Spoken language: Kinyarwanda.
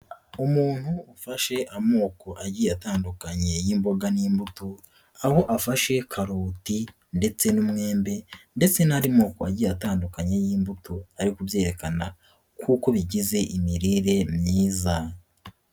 Umuntu ufashe amoko agiye atandukanye y'imboga n'imbuto, aho afashe karoti ndetse n'umwembe ndetse n'andi moko agiye atandukanye y'imbuto ari kubyerekana kuko bigize imirire myiza.